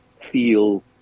feel